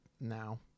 now